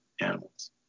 animals